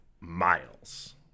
miles